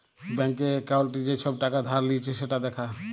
ব্যাংকে একাউল্টে যে ছব টাকা ধার লিঁয়েছে সেট দ্যাখা